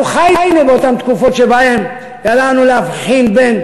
אנחנו חיינו באותן תקופות שבהן ידענו להבחין בין